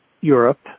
Europe